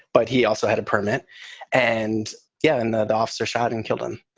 but he also had a permanent and yeah, and the the officer shot and killed him.